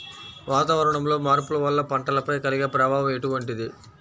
వాతావరణంలో మార్పుల వల్ల పంటలపై కలిగే ప్రభావం ఎటువంటిది?